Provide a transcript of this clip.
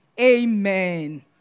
Amen